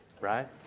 right